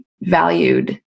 valued